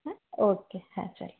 હા ઓકે હા ચલો